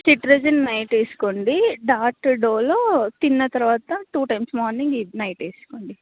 cetirizine night వేసుకోండి డాట్ Dolo తిన్న తరువాత టూ టైమ్స్ మార్నింగ్ నైట్ వేసుకోండి